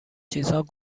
چیزها